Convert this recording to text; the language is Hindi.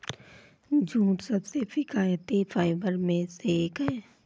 जूट सबसे किफायती फाइबर में से एक है